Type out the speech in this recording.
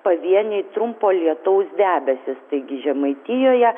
pavieniai trumpo lietaus debesys taigi žemaitijoje